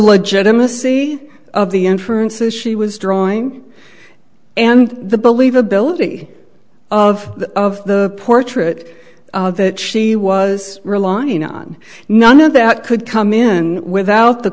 legitimacy of the inferences she was drawing and the believability of the of the portrait that she was relying on none of that could come in without the